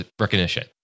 recognition